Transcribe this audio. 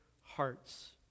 hearts